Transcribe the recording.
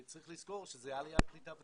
וצריך לזכור שזה עלייה, קליטה ותפוצות.